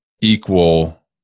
equal